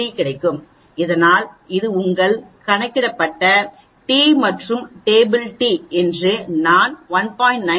633 கிடைக்கும் அதனால் இது உங்கள் கணக்கிடப்பட்ட டி மற்றும் டேபிள் டி என்று நான் 1